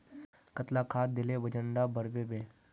कतला खाद देले वजन डा बढ़बे बे?